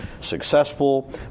successful